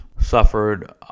suffered